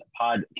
podcast